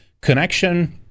connection